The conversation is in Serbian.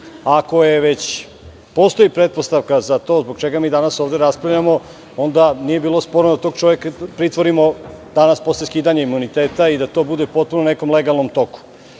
već postoji pretpostavka za to zbog čega mi danas ovde raspravljamo, onda nije bilo sporno da tog čoveka pritvorimo danas posle skidanja imuniteta i da to bude potpuno u nekom legalnom toku.